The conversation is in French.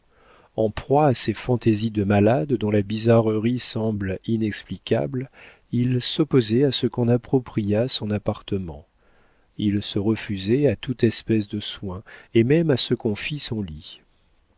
en proie à ces fantaisies de malade dont la bizarrerie semble inexplicable il s'opposait à ce qu'on appropriât son appartement il se refusait à toute espèce de soin et même à ce qu'on fît son lit